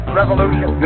revolution